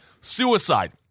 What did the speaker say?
suicide